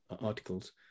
articles